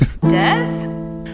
Death